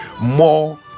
more